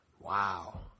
wow